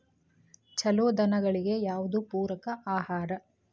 ಛಲೋ ದನಗಳಿಗೆ ಯಾವ್ದು ಪೂರಕ ಆಹಾರ?